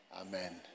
Amen